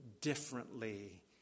differently